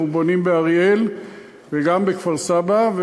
אנחנו בונים באריאל וגם בכפר-סבא.